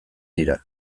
dira